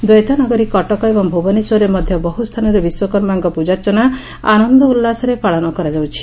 ଦୈତ ନଗରୀ କଟକ ଏବଂ ଭୁବନେଶ୍ୱରରେ ମଧ୍ୟ ବହୁ ସ୍ଥାନରେ ବିଶ୍ୱକର୍ମାଙ୍କ ପୂଜାର୍ଚ୍ଚନା ଆନନ୍ଦ ଉଲ୍ଲାସରେ ପାଳନ କରାଯାଉଛି